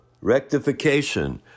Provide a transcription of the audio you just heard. rectification